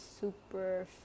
Super